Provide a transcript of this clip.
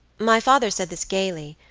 my father said this gaily,